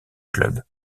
club